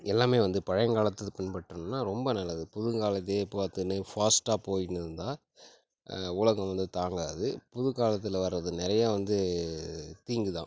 எல்லாமே வந்து பழங்காலத்தை பின்பற்றுனோம்னால் ரொம்ப நல்லது புதுங்காலத்தையே பார்த்துன்னு ஃபாஸ்ட்டா போய்ன்னு இருந்தால் உலகம் வந்து தாங்காது புது காலத்தில் வரது நிறைய வந்து தீங்குதான்